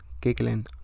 giggling